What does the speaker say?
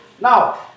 Now